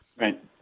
right